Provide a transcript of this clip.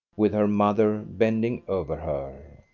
with her mother bending over her.